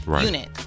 unit